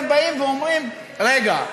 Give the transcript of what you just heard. עכשיו אתם באים ואומרים: רגע,